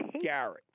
Garrett